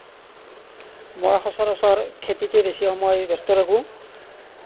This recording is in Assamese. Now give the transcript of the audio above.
মই সচৰাচৰ খেতিতে বেছি সময় ব্যস্ত থাকোঁ